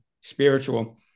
spiritual